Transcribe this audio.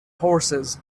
horses